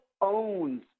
owns